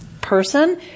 person